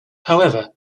however